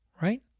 right